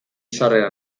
sarrera